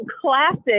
classic